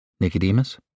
Nicodemus